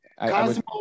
Cosmo